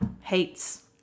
hates